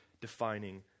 defining